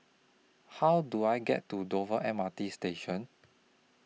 How Do I get to Dover M R T Station